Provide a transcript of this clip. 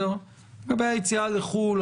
לגבי היציאה לחו"ל,